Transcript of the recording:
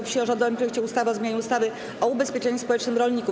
Wsi o rządowym projekcie ustawy o zmianie ustawy o ubezpieczeniu społecznym rolników.